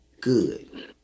good